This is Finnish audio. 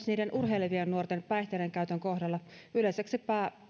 niiden urheilevien nuorten päihteidenkäytön kohdalla yleiseksi